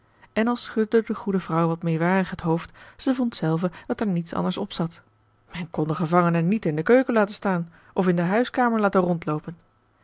en al schudde de goede vrouw wat meêwarig het hoofd ze vond zelve dat er niets anders opzat men kon den gevangene niet in de keuken laten staan of in de huiskamer laten rondloopen